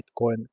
Bitcoin